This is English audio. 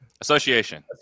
Association